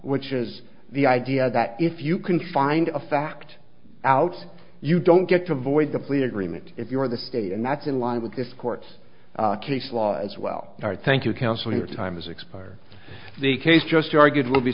which is the idea that if you can find a fact out you don't get to void the plea agreement if you are the state and that's in line with this court case law as well thank you counsel your time has expired the case just argued will be